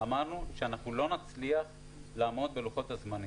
אמרנו שאנחנו לא נצליח לעמוד בלוחות הזמנים.